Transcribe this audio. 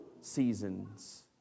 seasons